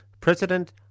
President